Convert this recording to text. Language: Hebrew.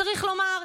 צריך לומר,